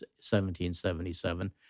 1777